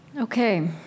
Okay